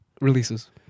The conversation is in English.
releases